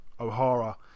O'Hara